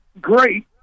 great